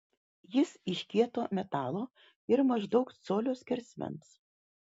jis iš kieto metalo ir maždaug colio skersmens